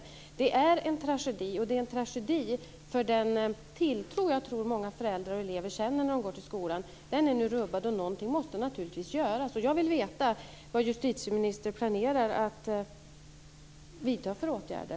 Det är en tragedi, och det är en tragedi när det gäller den tilltro som jag tror att många föräldrar och elever känner när de går till skolan. Den är nu rubbad, och någonting måste naturligtvis göras. Jag vill veta vad justitieministern planerar att vidta för åtgärder.